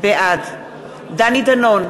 בעד דני דנון,